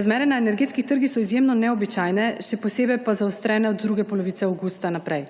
Razmere na energetskih trgih so izjemno neobičajne, še posebej pa so zaostrene od druge polovice avgusta naprej.